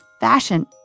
fashion